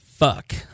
fuck